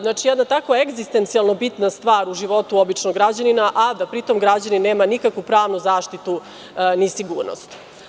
Znači, jedna tako egzistencionalno bitna stvar u životu običnog građanina, a da pri tom građanin nema nikakvu pravnu zaštitu ni sigurnost.